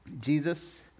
Jesus